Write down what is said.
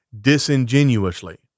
disingenuously